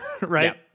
Right